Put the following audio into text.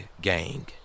gang